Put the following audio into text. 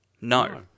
no